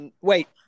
Wait